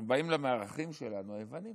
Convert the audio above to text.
אנחנו באים למארחים שלנו, היוונים,